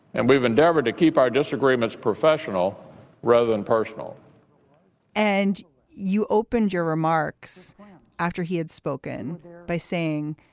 and we've endeavoured to keep our disagreements professional rather than personal and you opened your remarks after he had spoken by saying